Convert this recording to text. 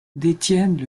détiennent